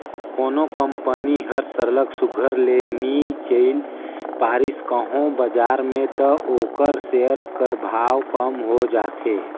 कोनो कंपनी हर सरलग सुग्घर ले नी चइल पारिस कहों बजार में त ओकर सेयर कर भाव कम हो जाथे